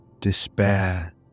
despair